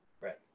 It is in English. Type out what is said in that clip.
Right